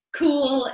cool